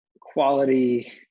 quality